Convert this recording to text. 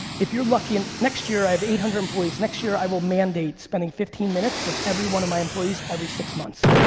if you're lucky, and next year, i have eight hundred employees, next year i will mandate spending fifteen minutes with every one of my employees every six months.